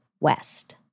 West